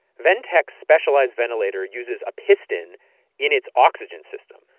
ventec's specialized ventilator uses a piston in its oxygen system,